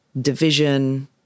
division